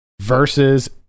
versus